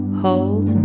hold